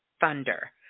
thunder